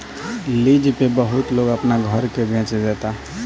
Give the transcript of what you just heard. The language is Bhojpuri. लीज पे बहुत लोग अपना घर के बेच देता